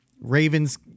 Ravens